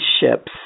ships